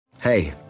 Hey